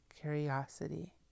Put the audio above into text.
curiosity